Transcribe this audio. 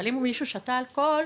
אבל אם מישהו שתה אלכוהול,